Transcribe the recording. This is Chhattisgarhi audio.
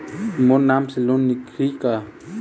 मोर नाम से लोन निकारिही का?